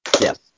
Yes